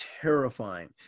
terrifying